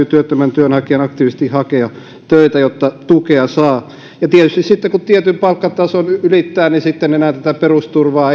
työttömän työnhakijan aktiivisesti hakea töitä jotta tukea saa tietysti sitten kun tietyn palkkatason ylittää ei enää tätä perusturvaa